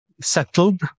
settled